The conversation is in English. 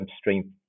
strength